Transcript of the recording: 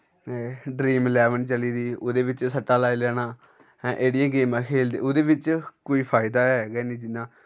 एह् Dream Eleven चली दी उ'दे बिच्च सट्टा लाई लैना हैं एह्ड़ियां गेमां खेलदे ओह्दे बिच्च कोई फैदा ऐ गै निं जि'यां